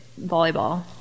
volleyball